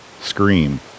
scream